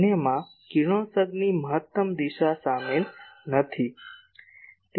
અન્યમાં કિરણોત્સર્ગની મહત્તમ દિશા શામેલ નથી